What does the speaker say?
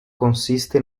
consiste